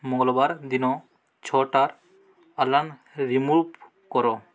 ମଙ୍ଗଳବାର ଦିନ ଛଅଟା ଆଲାର୍ମ୍ ରିମୁଭ୍ କର